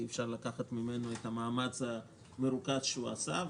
אי אפשר לקחת ממנו את המאמץ המרוכז שהוא עשה.